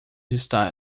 está